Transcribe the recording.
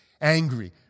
angry